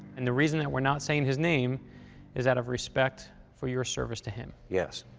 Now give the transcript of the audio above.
and the reason that we're not saying his name is out of respect for your service to him. yes.